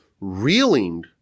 reeling